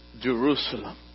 Jerusalem